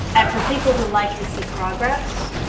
and for people who like to see progress,